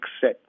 set